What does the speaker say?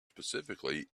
specifically